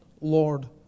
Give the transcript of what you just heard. Lord